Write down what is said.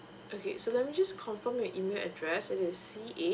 okay so let me just confirm your email address that is C_A